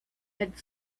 had